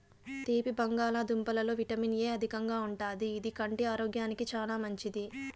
తీపి బంగాళదుంపలలో vitamin A అధికంగా ఉంటాది, ఇది కంటి ఆరోగ్యానికి చానా మంచిది